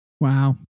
Wow